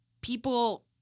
people